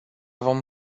vom